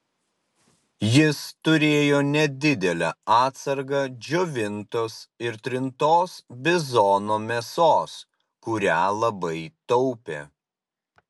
jis turėjo nedidelę atsargą džiovintos ir trintos bizono mėsos kurią labai taupė